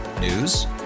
News